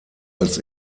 als